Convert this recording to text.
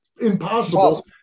impossible